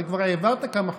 הרי כבר העברת כמה חוקים.